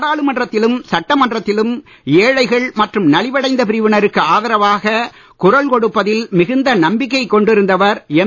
நாடாளுமன்றத்திலும் சட்ட மன்றத்திலும் ஏழைகள் மற்றும் நலிவடைந்த பிரிவினருக்கு ஆதரவாகக் குரல் கொடுப்பதில் மிகுந்த நம்பிக்கை கொண்டிருந்தவர் எம்